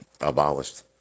abolished